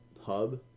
hub